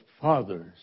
fathers